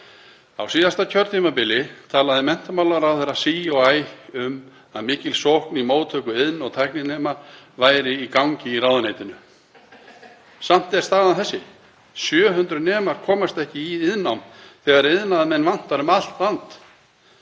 Á síðasta kjörtímabili talaði menntamálaráðherra sí og æ um að mikil sókn í móttöku iðn- og tækninema væri í gangi í ráðuneytinu. Samt er staðan þessi: 700 nemar komast ekki í iðnnám þegar iðnaðarmenn vantar um allt land.